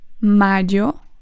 Mayo